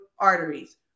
arteries